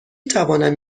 توانم